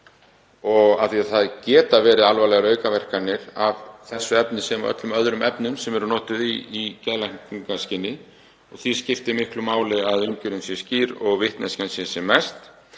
því að það geta verið alvarlegar aukaverkanir af þessu efni eins og öllum öðrum efnum sem eru notuð í geðlækningaskyni og því skiptir miklu máli að umgjörðin sé skýr og vitneskjan sé sem mest.